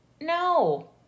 no